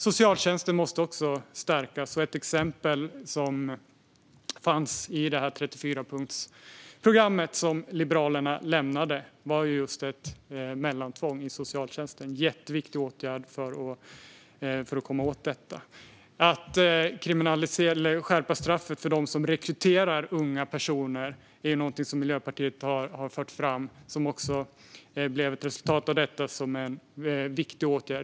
Socialtjänsten måste också stärkas. Ett exempel som fanns i 34-punktsprogrammet som Liberalerna lämnade var mellantvång i socialtjänsten, en jätteviktig åtgärd för att komma åt detta. Att kriminalisera eller skärpa straffet för dem som rekryterar unga personer är ett förslag som Miljöpartiet har fört fram. Det blev ett resultat av detta, och det är en viktig åtgärd.